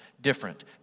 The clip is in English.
Different